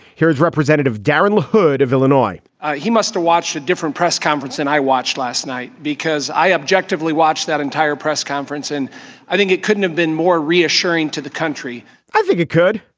here's representative darin lahood of illinois he must watch a different press conference than and i watched last night because i objectively watched that entire press conference. and i think it couldn't have been more reassuring to the country i think it could.